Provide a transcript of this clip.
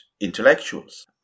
intellectuals